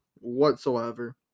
whatsoever